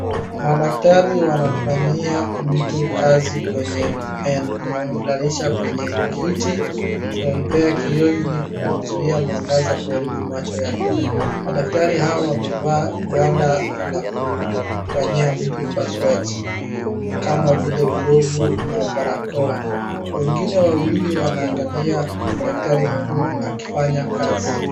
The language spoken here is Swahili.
Madaktari wanamfanyia mtu kazi kwenye meno, wamemlalisha kwenye kiti, wamempea kioo ili kuzuia mwangaza kuaribu macho yake. Madaktari hawa wamevaa gwanda la kufanyia mtu upasuaji kama vile glovu na barakoa. Wengine wawili wanaangalia daktari mkuu akifanya kazi.